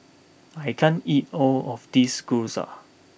I can't eat all of this Gyoza